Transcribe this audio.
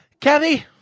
Kathy